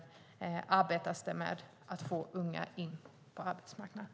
Det arbetas alltså med att få unga in på arbetsmarknaden.